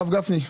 הרב גפני,